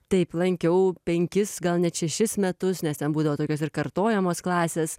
taip lankiau penkis gal net šešis metus nes ten būdavo tokios ir kartojamos klasės